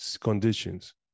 conditions